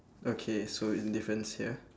okay so it differs ya